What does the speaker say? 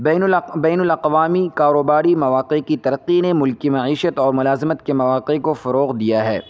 بین بین الاقوامی کاروباری مواقع کی ترقی نے ملک کے معیشیت اور ملازمت کے مواقع کو فروغ دیا ہے